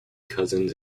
cousins